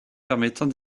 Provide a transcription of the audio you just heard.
permettant